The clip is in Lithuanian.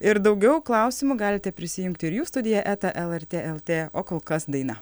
ir daugiau klausimų galite prisijungti ir jūs studija eta lrt lt o kol kas daina